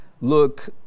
look